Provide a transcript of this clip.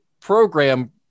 program